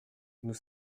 nous